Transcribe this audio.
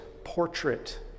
portrait